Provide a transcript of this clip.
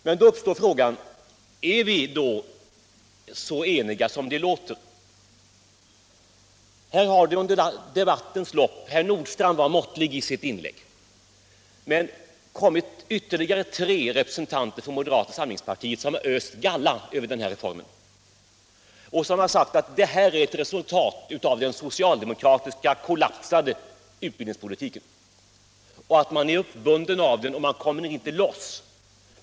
Men då uppstår frågan: Är vi så eniga som det låter? Herr Nordstrandh var måttlig i sitt inlägg, men här har det under dagens lopp kommit ytterligare tre representanter för moderata samlingspartiet som har öst galla över den här reformen. De har sagt att detta är ett resultat av den socialdemokratiska kollapsade utbildningspolitiken, att man är uppbunden av den och att man inte kommer loss.